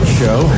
show